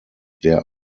der